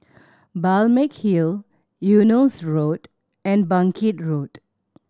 Balmeg Hill Eunos Road and Bangkit Road